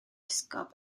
esgob